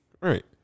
Right